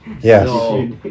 yes